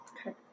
okay